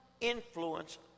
influence